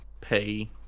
pay